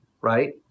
right